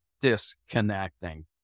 disconnecting